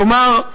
כלומר,